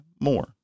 more